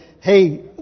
hey